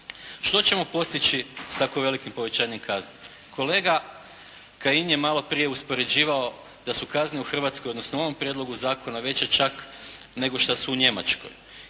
Što ćemo postići s tako velikim povećanjem kazne? Kolega Kajin je malo prije uspoređivao da su kazne u Hrvatskoj, odnosno u ovom prijedlogu zakona veće čak nego šta su u Njemačkoj.